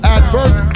Adverse